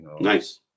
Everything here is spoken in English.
Nice